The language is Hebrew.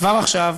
כבר עכשיו,